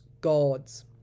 gods